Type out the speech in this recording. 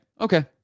okay